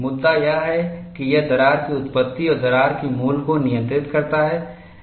मुद्दा यह है कि यह दरार की उत्पत्ति और दरार के मूल को नियंत्रित करता है